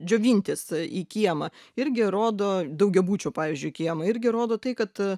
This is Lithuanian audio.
džiovintis į kiemą irgi rodo daugiabučių pavyzdžiui kiemą irgi rodo tai kad